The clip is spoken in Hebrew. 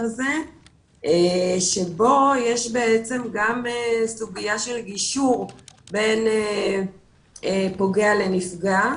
הזה בו יש גם סוגיה של גישור בין פוגע לנפגע,